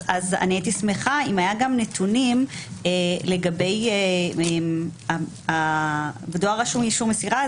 אני הייתי שמחה אם היו גם נתונים לגבי דואר רשום ואישור מסירה,